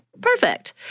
perfect